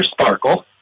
Sparkle